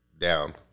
down